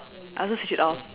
I also switch it off